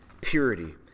purity